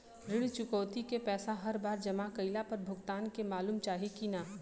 ऋण चुकौती के पैसा हर बार जमा कईला पर भुगतान के मालूम चाही की ना?